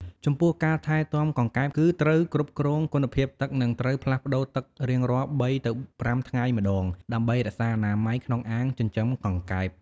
ចំពោះការថែទាំកង្កែប គឺត្រូវគ្រប់គ្រងគុណភាពទឹក និងត្រូវផ្លាស់ប្ដូរទឹករៀងរាល់ ៣ ទៅ ៥ ថ្ងៃម្តង ដើម្បីរក្សាអនាម័យក្នុងអាងចិញ្ចឹមកង្កែប។